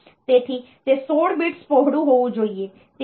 તેથી તે 16 bits પહોળું હોવું જોઈએ